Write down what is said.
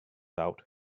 out